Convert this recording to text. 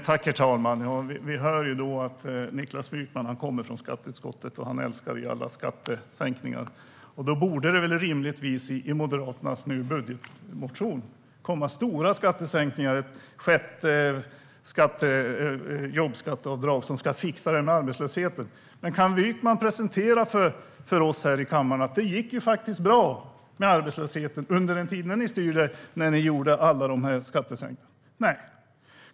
Herr talman! Vi hör att Niklas Wykman kommer från skatteutskottet, och han älskar alla skattesänkningar. Då borde det rimligtvis komma stora skattesänkningar i Moderaternas budgetmotion - ett sjätte jobbskatteavdrag som ska fixa det här med arbetslösheten. Men kan Wykman för oss här i kammaren presentera att det gick bra med arbetslösheten under den tid då ni styrde och gjorde alla dessa skattesänkningar? Nej.